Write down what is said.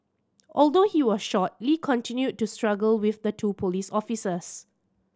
although he was shot Lee continued to struggle with the two police officers